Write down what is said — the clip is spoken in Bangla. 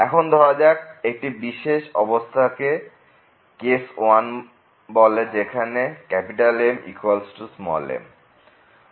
এখন ধরা যাক একটি বিশেষ অবস্থাকে কেস I বলে যেখানে M m